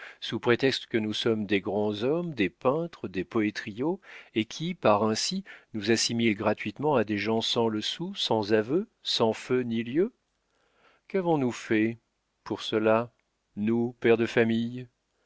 sous prétexte que nous sommes des grands hommes des peintres des poétriaux et qui par ainsi nous assimile gratuitement à des gens sans le sou sans aveu sans feu ni lieu qu'avons-nous fait pour cela nous pères de famille